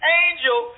angel